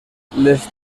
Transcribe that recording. les